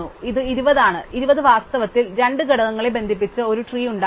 ഇത് 20 ആണ് 20 വാസ്തവത്തിൽ രണ്ട് ഘടകങ്ങളെ ബന്ധിപ്പിച്ച് ഒരു ട്രീ ഉണ്ടാക്കും